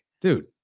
dude